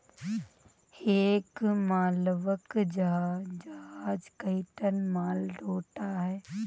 एक मालवाहक जहाज कई टन माल ढ़ोता है